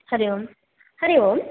Hari Om Hari Om